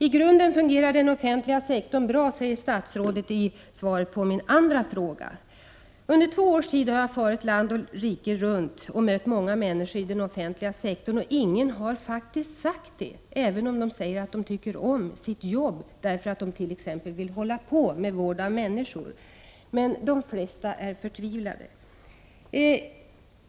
I grunden fungerar den offentliga sektorn bra, säger statsrådet i svaret på min andra fråga. Under två års tid har jag farit land och rike runt och mött många människor i den offentliga sektorn, men ingen har faktiskt sagt så, även om de säger att de tycker om sitt jobb, t.ex. därför att de vill hålla på med vård av människor. De flesta är förtvivlade.